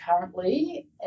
currently